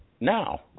Now